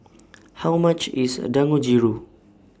How much IS A Dangojiru